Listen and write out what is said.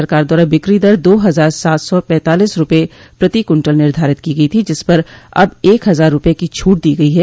सरकार द्वारा बिक्री दर दो हजार सात सौ पैंतालीस रूपये प्रति कुन्तल निर्धारित की गई थी जिस पर अब एक हजार रूपये की छूट दी गई है